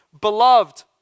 Beloved